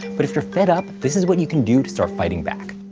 but if you're fed up, this is what you can do to start fighting back.